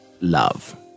love